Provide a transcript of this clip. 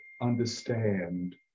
understand